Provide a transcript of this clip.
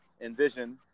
envision